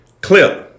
clip